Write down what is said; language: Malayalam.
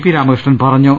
പി രാമകൃഷ്ണൻ പറഞ്ഞു